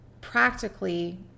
practically